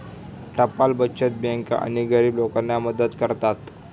टपाल बचत बँका अनेक गरीब लोकांना मदत करतात